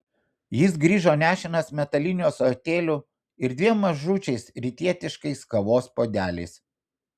jis grįžo nešinas metaliniu ąsotėliu ir dviem mažučiais rytietiškais kavos puodeliais